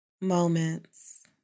moments